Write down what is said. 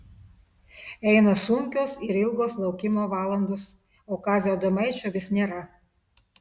eina sunkios ir ilgos laukimo valandos o kazio adomaičio vis nėra